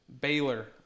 Baylor